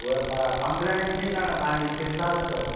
हूअ बि ख़राब कंप्लेन ईंदी कोन्ह तव्हांजी चिंता न कयो